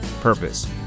purpose